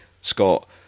Scott